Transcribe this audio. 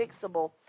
fixable